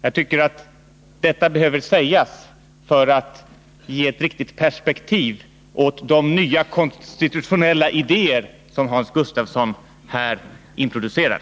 Jag tycker att detta behöver sägas för att ge ett riktigt perspektiv åt de nya konstitutionella idéer som Hans Gustafsson här introducerar.